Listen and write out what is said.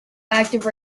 active